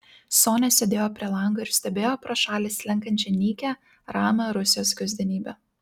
sonia sėdėjo prie lango ir stebėjo pro šalį slenkančią nykią ramią rusijos kasdienybę